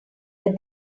but